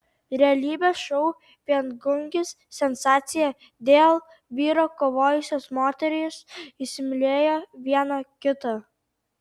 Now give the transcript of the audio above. realybės šou viengungis sensacija dėl vyro kovojusios moterys įsimylėjo viena kitą